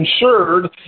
insured